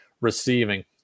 receiving